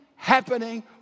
happening